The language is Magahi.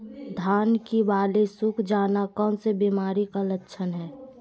धान की बाली सुख जाना कौन सी बीमारी का लक्षण है?